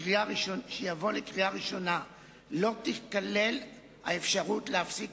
לקריאה ראשונה לא תיכלל האפשרות להפסיק